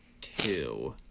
two